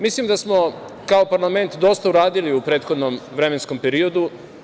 Mislim da smo kao parlament dosta uradili u prethodnom vremenskom periodu.